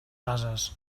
bases